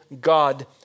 God